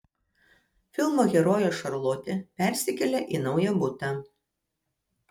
filmo herojė šarlotė persikelia į naują butą